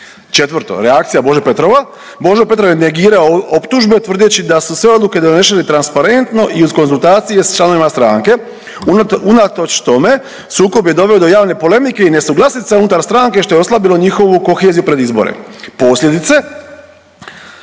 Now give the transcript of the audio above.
Četvrto reakcija Bože Petrova. Božo Petrov je negirao optužbe tvrdeći da su sve odluke donešene transparentno i uz konzultacije sa članovima stranke. Unatoč tome sukob je doveo do javne polemike i nesuglasica unutar stranke što je oslabilo njihovu koheziju pred izbore. Posljedice.